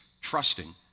trusting